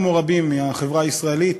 כמו רבים מהחברה הישראלית,